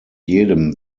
jedem